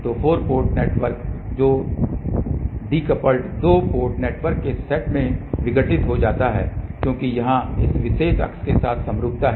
तो 4 port network दो decoupled दो पोर्ट नेटवर्क के सेट में विघटित हो जाता है क्योंकि यहाँ इस विशेष अक्ष के साथ समरूपता है